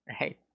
right